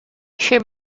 she